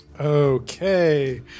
okay